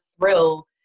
thrill